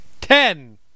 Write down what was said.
ten